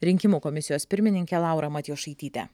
rinkimų komisijos pirmininke laura matjošaityte